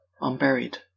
unburied